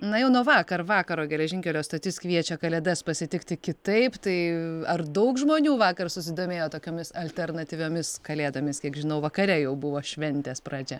na jau nuo vakar vakaro geležinkelio stotis kviečia kalėdas pasitikti kitaip tai ar daug žmonių vakar susidomėjo tokiomis alternatyviomis kalėdomis kiek žinau vakare jau buvo šventės pradžia